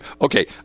Okay